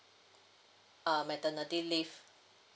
uh maternity leave